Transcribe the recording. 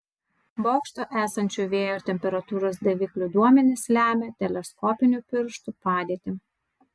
bokšte esančių vėjo ir temperatūros daviklių duomenys lemią teleskopinių pirštų padėtį